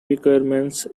requirements